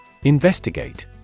Investigate